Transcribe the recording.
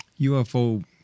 UFO